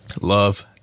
love